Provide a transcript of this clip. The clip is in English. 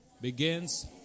begins